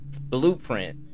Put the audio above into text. blueprint